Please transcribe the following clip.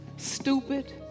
Stupid